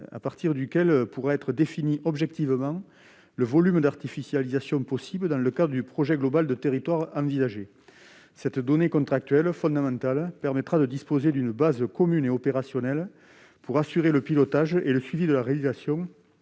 à partir duquel pourra être défini objectivement le volume d'artificialisation des sols envisageable dans le cadre du projet global de territoire. Cette donnée contractuelle fondamentale permettra de disposer d'une base commune et opérationnelle pour assurer le pilotage et le suivi de la réalisation